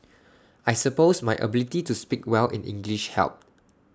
I suppose my ability to speak well in English helped